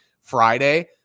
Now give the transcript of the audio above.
Friday